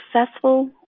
Successful